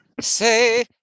say